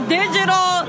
digital